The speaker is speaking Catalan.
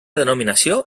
denominació